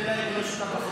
להעביר את הצעת חוק